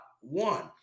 one